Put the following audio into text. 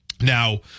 Now